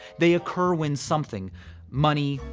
they occur when something money,